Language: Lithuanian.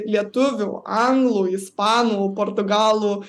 lietuvių anglų ispanų portugalų